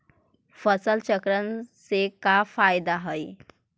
फसल चक्रण से का फ़ायदा हई?